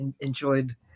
enjoyed